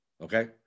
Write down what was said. okay